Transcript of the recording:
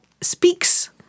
speaks